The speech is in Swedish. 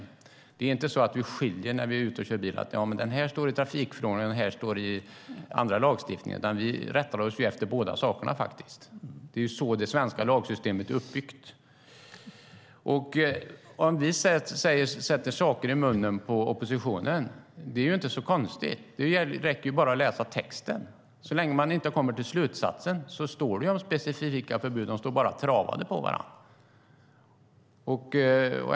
När vi är ute och kör bil skiljer vi inte mellan de regler som står i trafikförordningen och dem som står i annan lagstiftning, utan vi rättar oss efter båda sakerna. Det är så det svenska lagsystemet är uppbyggt. Leif Pettersson säger att vi lägger ord i munnen på oppositionen. Nej, vi läser bara texten. Så länge man inte kommer till slutsatsen står de specifika förbuden bara travade på varandra.